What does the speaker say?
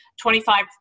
Twenty-five